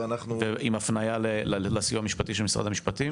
עם הפניה לסיוע המשפטי של משרד המשפטים?